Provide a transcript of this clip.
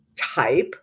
type